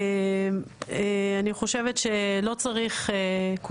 אני חושבת שלא צריך להכביר במילים,